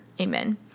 Amen